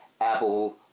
Apple